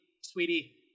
sweetie